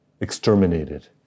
exterminated